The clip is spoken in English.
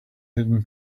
hidden